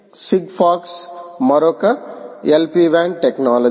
Sigfox మరొక LPWAN technology